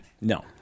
No